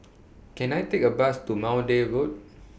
Can I Take A Bus to Maude Road